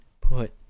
put